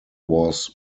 was